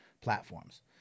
platforms